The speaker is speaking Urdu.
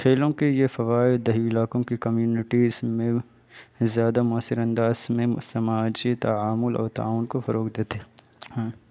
کھیلوں کے یہ فوائد دہیی علاقوں کی کمیونٹیس میں زیادہ مؤثر انداز میں سماجی تعمل اور تعاون کو فروغ دیتے ہیں ہاں